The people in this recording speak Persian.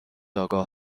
آگاه